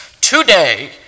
today